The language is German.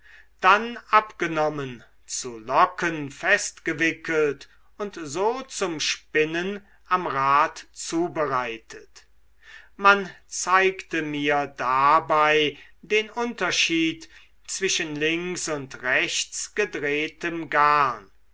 dann abgenommen zu locken festgewickelt und so zum spinnen am rad zubereitet man zeigte mir dabei den unterschied zwischen links und rechts gedrehtem